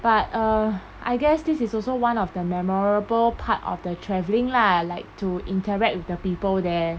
but err I guess this is also one of the memorable part of the travelling lah like to interact with the people there